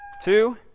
two,